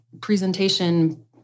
presentation